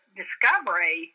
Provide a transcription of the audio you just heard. discovery